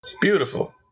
Beautiful